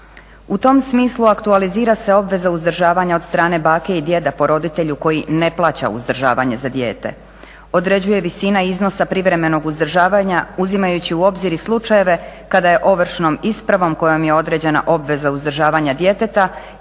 U tom smislu aktualizira se obveza uzdržavanja od strane bake i djeca po roditelju koji ne plaća uzdržavanje za dijete, određuje visina iznosa privremenog uzdržavanja uzimajući u obzir i slučajeve kada je ovršnom ispravom kojom je određena obveza uzdržavanja djeteta